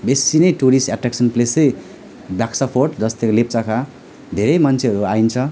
बेसी नै tourist attraction place चाहिँ बाक्सा फोर्ट जस्तै लेप्चाफा धेरै मान्छेहरू आइन्छ